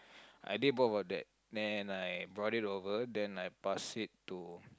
I did both of that then I brought it over then I passed it to